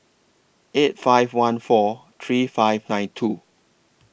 eight five one four three five nine two